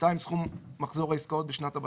(2)סכום מחזור עסקאותיו בשנת הבסיס,